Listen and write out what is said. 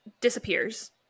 disappears